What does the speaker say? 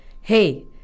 Hey